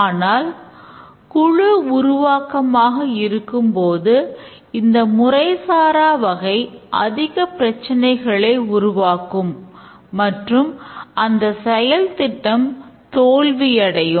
ஆனால் குழு உருவாக்கமாக இருக்கும்போது இந்த முறைசாரா வகை அதிக பிரச்சனைகளை உருவாக்கும் மற்றும் அந்த செயல் திட்டம் தோல்வியடையும்